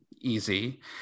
easy